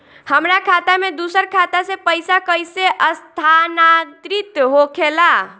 हमार खाता में दूसर खाता से पइसा कइसे स्थानांतरित होखे ला?